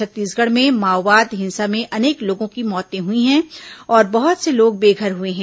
छत्तीसगढ़ में माओवाद हिंसा में अनेक लोगों की मौतें हुई हैं और बहुत से लोग बेघर हुए हैं